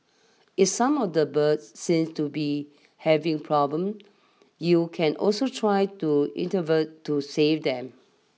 if some of the birds seem to be having problems you can also try to intervene to save them